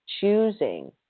choosing